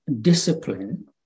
Discipline